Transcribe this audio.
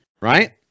right